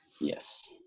Yes